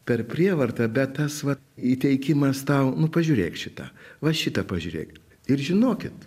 per prievartą bet tas vat įteikimas tau nu pažiūrėk šitą va šitą pažiūrėk ir žinokit